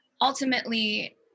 Ultimately